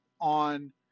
on